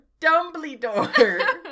Dumbledore